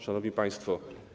Szanowni Państwo!